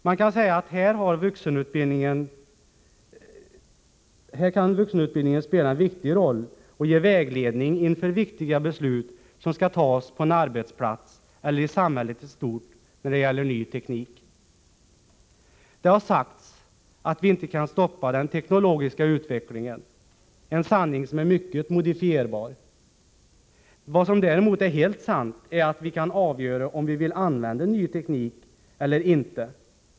Man kan säga att vuxenutbildningen här kan spela en viktig roll och ge vägledning inför viktiga beslut som skall tas på en arbetsplats eller i samhället i stort när det gäller ny teknik. Det har sagts att vi inte kan stoppa den teknologiska utvecklingen, en sanning som är mycket modifierbar. Vad som däremot är helt sant är att vi kan avgöra om vi vill använda ny teknik eller inte.